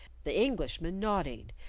the englishman nodding,